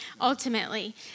ultimately